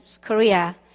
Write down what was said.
Korea